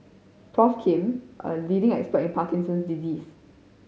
Prof Kim a leading expert in Parkinson's disease